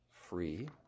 free